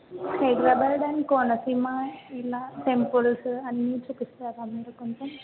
Hyderabad and Konaseema ఇలా temples అన్నీ చూపిస్తారా మీరు కొంచెం